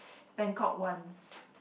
Bangkok once